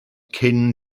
cyn